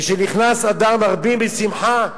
משנכנס אדר מרבים בשמחה,